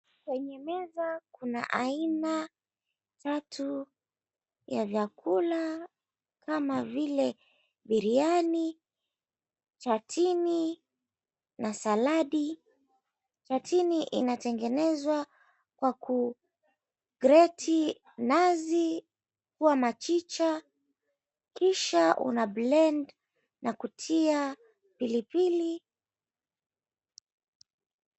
Kwenye meza kuna aina tatu ya vyakula kama vile biriani, chatine na saladi. Chatine inatengenezwa kwa kugreti nazi kuwa machicha kisha una blend na kutia pilipili.